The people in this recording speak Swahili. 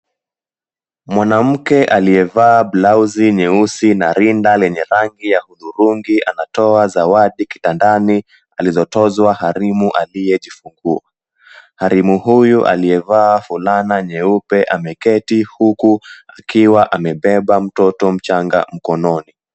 Mwanamke aliyevaa blauzi nyeusi na rinda lenye rangi ya hudhurungi anatoa zawadi kitandani alizotozwa harimu aliyejifungua. Harimu huyu aliyevaa fulana nyeupe ameketi huku akiwa amebeba mtoto mchanga mkononi.